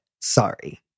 Sorry